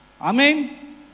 Amen